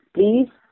Please